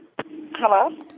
Hello